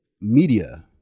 media